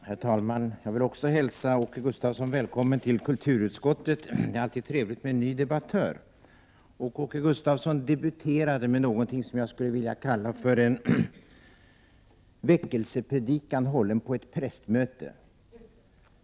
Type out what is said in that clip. Herr talman! Även jag vill hälsa Åke Gustavsson välkommen till kulturutskottet. Det är alltid trevligt med en ny debattör. Åke Gustavsson debuterade med någonting som jag skulle vilja kalla för en väckelsepredikan hållen på ett prästmöte.